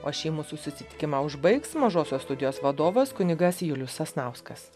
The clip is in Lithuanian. o šį mūsų susitikimą užbaigs mažosios studijos vadovas kunigas julius sasnauskas